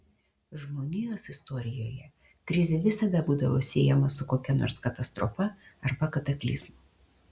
žmonijos istorijoje krizė visada būdavo siejama su kokia nors katastrofa arba kataklizmu